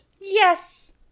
Yes